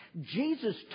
Jesus